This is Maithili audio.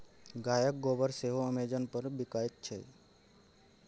गायक गोबर सेहो अमेजन पर बिकायत छै